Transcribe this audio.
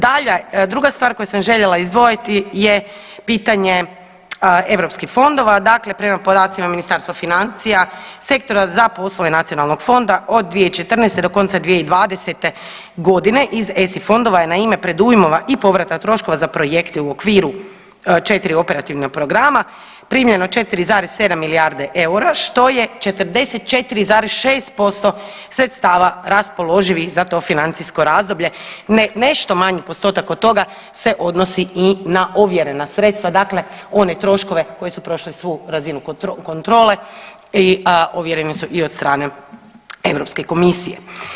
Dalje, druga stvar koju sam željela izdvojiti je pitanje europskih fondova, dakle prema podacima Ministarstva financija, Sektora za poslove nacionalnog fonda od 2014. do konca 2020. godine, iz ESI fondova je na ime predujmova i povrata troškova za projekte u okviru 4 operativna programa, primljeno je 4,7 milijarde eura, što je 44,6% sredstava raspoloživih za to financijsko razdoblje, nešto manji postotak od toga se odnosi i na ovjerena sredstva, dakle one troškove koji su prošli svu razinu kontrole i ovjereni su i od strane Europske komisije.